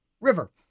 river